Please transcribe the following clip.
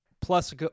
plus